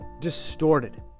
distorted